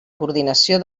coordinació